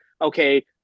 okay